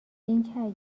اینکه